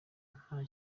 nta